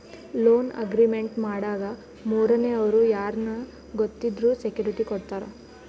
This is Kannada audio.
ಲೋನ್ ಅಗ್ರಿಮೆಂಟ್ ಮಾಡಾಗ ಮೂರನೇ ದವ್ರು ಯಾರ್ನ ಗೊತ್ತಿದ್ದವ್ರು ಸೆಕ್ಯೂರಿಟಿ ಕೊಡ್ತಾರ